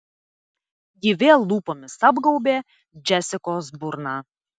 ji vėl lūpomis apgaubė džesikos burną